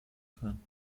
fahren